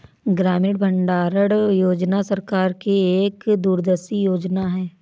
ग्रामीण भंडारण योजना सरकार की एक दूरदर्शी योजना है